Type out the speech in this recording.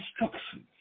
Instructions